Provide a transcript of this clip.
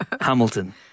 Hamilton